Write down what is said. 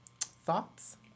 Thoughts